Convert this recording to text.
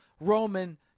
Roman